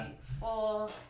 four